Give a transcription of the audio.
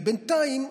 בינתיים,